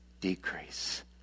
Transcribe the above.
decrease